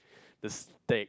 the steak